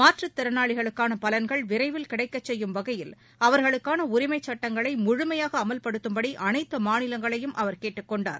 மாற்றுத் திறனாளிகளுக்கான பலன்கள் விரைவில் கிடைக்கச் செய்யும் வகையில் அவர்களுக்கான உரிமைச் சுட்டங்களை முழுமையாக அமல்படுத்தும்படி அனைத்து மாநிலங்களையும் அவர் கேட்டுக் கொண்டார்